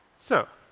so,